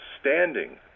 standing